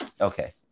Okay